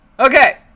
Okay